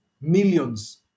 millions